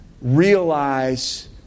realize